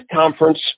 conference